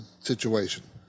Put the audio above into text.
situation